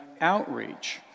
outreach